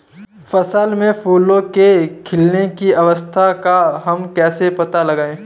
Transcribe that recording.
फसल में फूलों के खिलने की अवस्था का हम कैसे पता लगाएं?